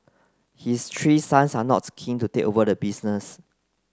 his three sons are not keen to take over the business